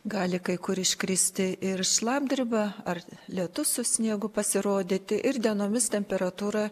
gali kai kur iškristi ir šlapdriba ar lietus su sniegu pasirodyti ir dienomis temperatūra